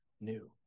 new